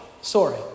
Sorry